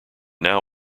now